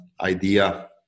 idea